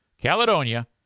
Caledonia